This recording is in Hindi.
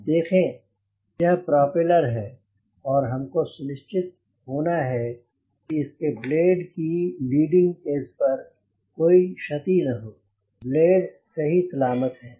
अब देखें यह प्रोपेलर है और हमको सुनिश्चित होना है कि इसके ब्लेड की लीडिंग एज पर कोई क्षति न हो ब्लेड सही सलामत हैं